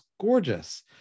gorgeous